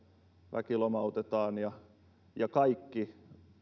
väki lomautetaan ja kaikki